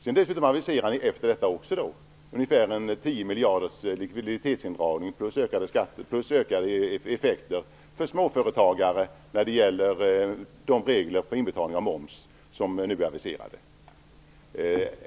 Därefter aviserade ni dessutom ungefär 10 miljarder i likviditetsindragning plus ökade skatter och ökade effekter för småföretagare när det gäller de regler för inbetalning av moms som nu är aviserade.